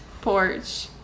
porch